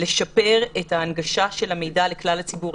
לשפר את ההנגשה של המידע לכלל הציבור.